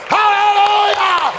Hallelujah